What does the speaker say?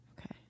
Okay